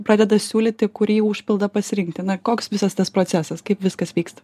pradeda siūlyti kurį užpildą pasirinkti na koks visas tas procesas kaip viskas vykst